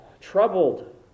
troubled